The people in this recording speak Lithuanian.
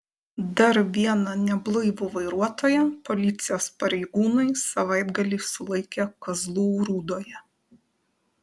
dar vieną neblaivų vairuotoją policijos pareigūnai savaitgalį sulaikė kazlų rūdoje